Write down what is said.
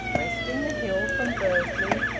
breasting the hill from bursley,